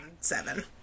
seven